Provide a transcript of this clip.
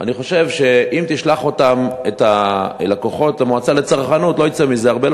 אני חושב שאם תשלח את הלקוחות למועצה לצרכנות לא יצא מזה הרבה.